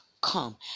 come